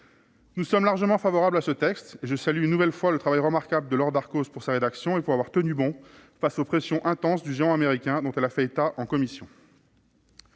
Nous sommes largement favorables à ce texte et je salue une nouvelle fois le travail remarquable de Laure Darcos pour sa rédaction et pour avoir tenu bon face aux pressions intenses du géant américain dont elle a fait état en commission.